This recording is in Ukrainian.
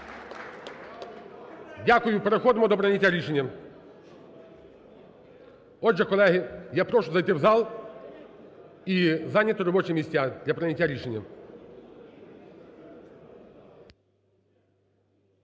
Дякую. Переходимо до прийняття рішення. Отже, колеги, я прошу зайти в зал і зайняти робочі місця для прийняття рішення.